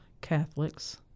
Catholics